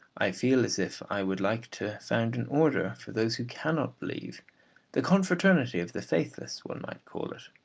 i feel as if i would like to found an order for those who cannot believe the confraternity of the faithless, one might call it,